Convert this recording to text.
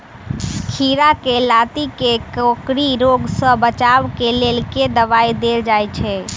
खीरा केँ लाती केँ कोकरी रोग सऽ बचाब केँ लेल केँ दवाई देल जाय छैय?